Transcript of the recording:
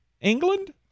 england